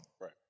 right